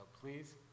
please